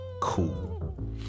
Cool